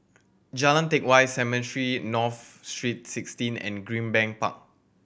Jalan Teck Whye Cemetry North Street Sixteen and Greenbank Park